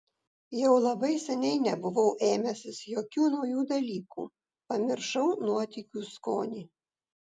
jau labai seniai nebuvau ėmęsis jokių naujų dalykų pamiršau nuotykių skonį